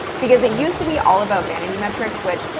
because it used to be all about vanity metric, which,